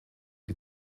die